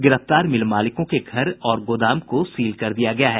गिरफ्तार मिल मालिकों के घर और गोदाम को सील कर दिया गया है